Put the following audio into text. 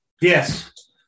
Yes